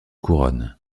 couronne